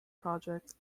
project